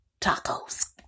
tacos